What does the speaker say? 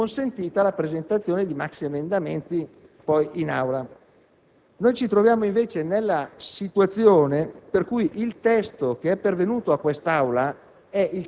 è consentita la presentazione di maxiemendamenti in Aula. Noi ci troviamo invece nella situazione in cui il testo pervenuto in quest'Aula